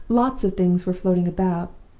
lots of things were floating about.